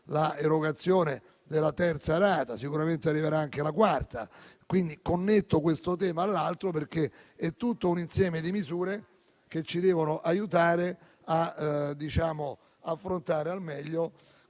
l'erogazione della terza rata e sicuramente arriverà anche la quarta. Connetto questo tema all'altro perché è tutto un insieme di misure che ci devono aiutare ad affrontare al meglio